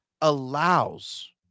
allows